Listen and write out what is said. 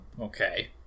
Okay